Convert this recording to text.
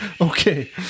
Okay